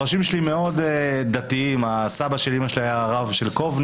מאוד דתיים, הסבא של אימא שלי היה הרב קובנה.